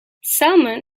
salmon